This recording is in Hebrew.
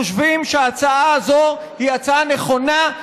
חושבים שההצעה הזו היא הצעה נכונה,